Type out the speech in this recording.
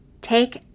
take